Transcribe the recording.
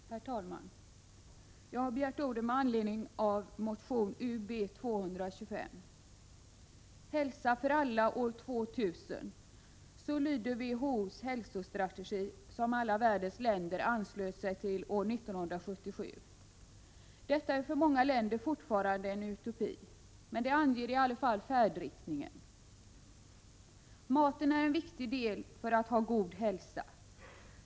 Herr talman! Jag har begärt ordet med anledning av motion Ub225. ”Hälsa för alla år 2000” lyder WHO:s hälsostrategi, som alla världens länder anslöt sig till år 1977. Detta är för många länder fortfarande en utopi, men det anger i alla fall färdriktningen. Maten är viktig för god hälsa.